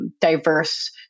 diverse